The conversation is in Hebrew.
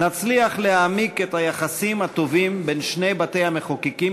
נצליח להעמיק את היחסים הטובים בין שני בתי-המחוקקים